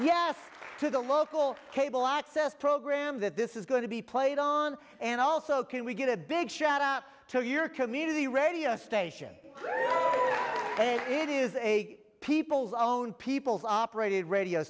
yes to the local cable access program that this is going to be played on and also can we get a big shot up to your community radio station it is a people's own people's operated radio